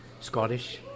Scottish